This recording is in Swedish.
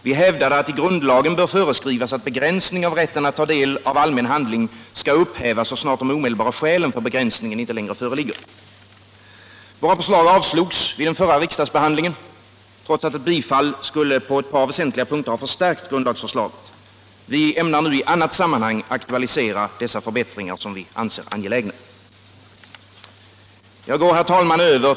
Vi hävdade att i grundlagen bör föreskrivas att begränsning av rätten att ta del av allmän handling skall upphävas så snart de omedelbara skälen för begränsning inte längre tföreligger. Våra förslag avslogs vid den förra riksdagsbehandlingen. trots att ett bifal! till vpk:s förslag skulle på ett par väsentliga punkter ha förstärkt grundlagsförslaget. Vi ämnar nu i annat sammanhang aktualisera dessa törbättringar. som vi fortfarande anser angelägna. Herr talman!